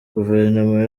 guverinoma